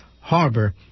Harbor